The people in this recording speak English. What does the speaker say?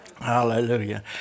hallelujah